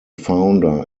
founder